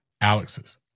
Alex's